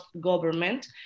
government